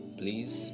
please